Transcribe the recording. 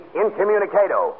incommunicado